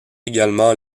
également